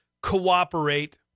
cooperate